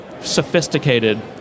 sophisticated